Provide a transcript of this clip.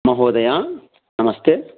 महोदय नमस्ते